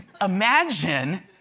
imagine